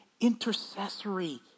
intercessory